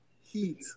Heat